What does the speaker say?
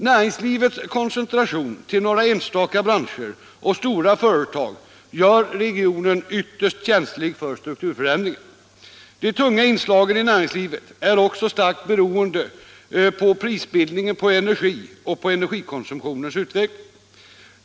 Näringslivets koncentration till några enstaka branscher och stora företag gör regionen ytterst känslig för strukturförändringar. De tunga inslagen i näringslivet är också starkt beroende av prisbildningen på energi och av energikonsumtionens utveckling.